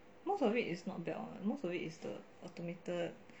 most of it is not bad [what] or most of it is the automated